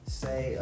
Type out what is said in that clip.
say